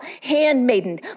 handmaiden